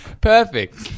Perfect